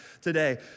today